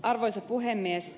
arvoisa puhemies